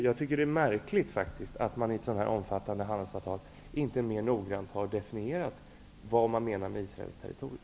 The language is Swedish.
Jag tycker faktiskt att det är märkligt att man i ett så omfattande handelsavtal inte mer noggrant har definierat vad man menar med Israels territorium.